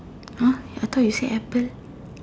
!huh! I thought you say apple